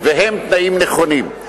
והם תנאים נכונים.